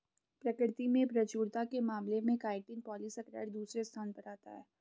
प्रकृति में प्रचुरता के मामले में काइटिन पॉलीसेकेराइड दूसरे स्थान पर आता है